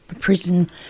prison